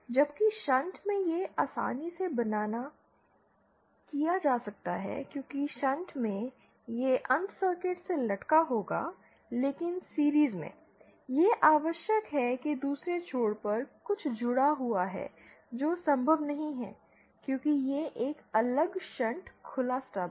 जबकि शंट में यह आसानी से बनाना किया जा सकता है क्योंकि शंट में यह अंत सर्किट से लटका होगा लेकिन सीरिज़ में यह आवश्यक है कि दूसरे छोर पर कुछ जुड़ा हुआ है जो संभव नहीं है क्योंकि यह एक अलग शंट खुला स्टब है